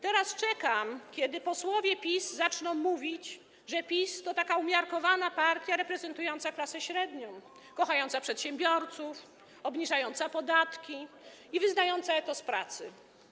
Teraz czekam, kiedy posłowie PiS zaczną mówić, że PiS to taka umiarkowana partia reprezentująca klasę średnią, kochająca przedsiębiorców, obniżająca podatki i wyznająca etos pracy.